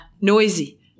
Noisy